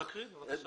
אז תקריא, בבקשה.